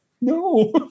No